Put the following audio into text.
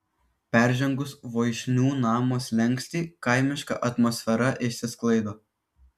peržengus voišnių namo slenkstį kaimiška atmosfera išsisklaido